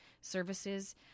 services